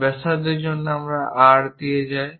ব্যাসার্ধের জন্য আমরা R দিয়ে যাই